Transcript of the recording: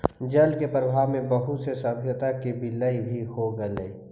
जल के प्रवाह में बहुत से सभ्यता के विलय भी हो गेलई